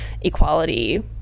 equality